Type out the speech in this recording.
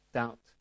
doubt